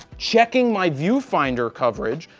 checking my viewfinder coverage.